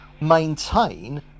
maintain